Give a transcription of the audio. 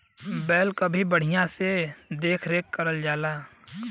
बैल क भी बढ़िया से देख रेख करल जाला